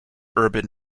urban